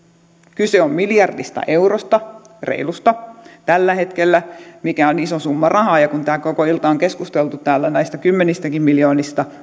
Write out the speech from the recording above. kyse on reilusta miljardista eurosta tällä hetkellä mikä on iso summa rahaa ja kun tämä koko ilta on keskusteltu täällä näistä kymmenistäkin miljoonista